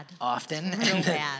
often